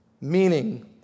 Meaning